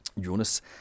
Jonas